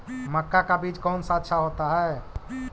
मक्का का बीज कौन सा अच्छा होता है?